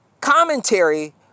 commentary